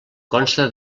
consta